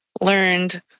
learned